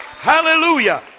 Hallelujah